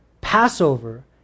Passover